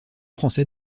français